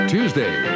Tuesday